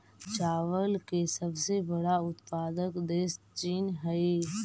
चावल के सबसे बड़ा उत्पादक देश चीन हइ